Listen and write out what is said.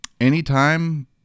anytime